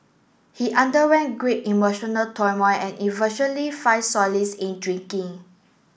he underwent great emotional turmoil and eventually find solace in drinking